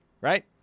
Right